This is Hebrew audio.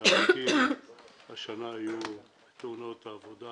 מההרוגים השנה היו בתאונות עבודה